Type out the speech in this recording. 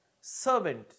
servant